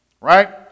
right